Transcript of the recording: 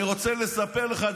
אני רוצה לספר לך,